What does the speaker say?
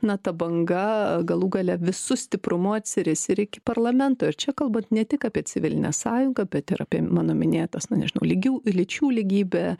na ta banga galų gale visu stiprumu atsiris ir iki parlamento ir čia kalbant ne tik apie civilinę sąjungą bet ir apie mano minėtas na nežinau lygių lyčių lygybė